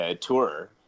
tour